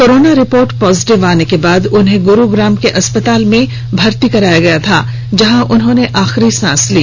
corona report positive आने के बाद उन्हें गुरुग्राम के अस्पताल में भर्ती कराया गया था जहां उन्होंने आखिरी सांस ली